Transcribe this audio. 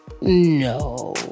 no